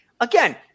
Again